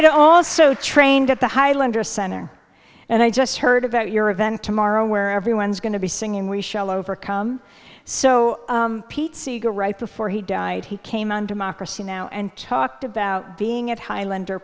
had also trained at the highlander center and i just heard about your event tomorrow where everyone's going to be singing we shall overcome so pete seeger right before he died he came on democracy now and talked about being at highlander